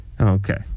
Okay